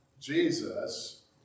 Jesus